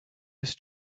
his